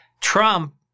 Trump